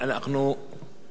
אם זה לגבי החוק,